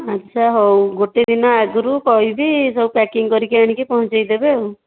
ଆଚ୍ଛା ହଉ ଗୋଟେ ଦିନ ଆଗରୁ କହିବି ସବୁ ପ୍ୟାକିଙ୍ଗ୍ କରିକି ଆଣିକି ପହଞ୍ଚାଇଦେବେ ଆଉ